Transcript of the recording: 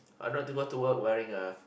I don't like to go to work wearing a